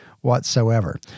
whatsoever